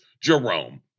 Jerome